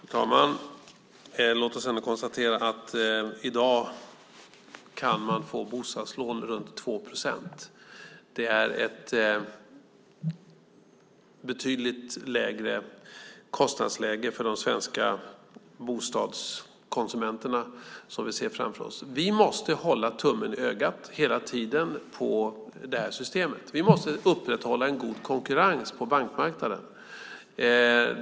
Fru talman! Låt oss konstatera att man i dag kan få bostadslån till omkring 2 procents ränta. Det är ett betydligt lägre kostnadsläge för de svenska bostadskonsumenterna. Vi måste hela tiden ha tummen i ögat på systemet. Vi måste upprätthålla en god konkurrens på bankmarknaden.